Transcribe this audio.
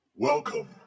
Welcome